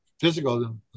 physical